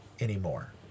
anymore